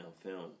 film